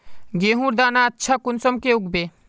गेहूँर दाना अच्छा कुंसम के उगबे?